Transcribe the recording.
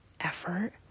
effort